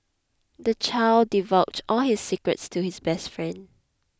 the child divulged all his secrets to his best friend